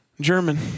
German